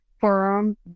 forum